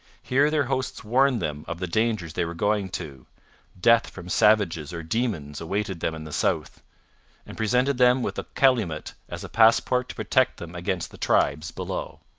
here their hosts warned them of the dangers they were going to death from savages or demons awaited them in the south and presented them with a calumet as a passport to protect them against the tribes below.